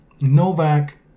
Novak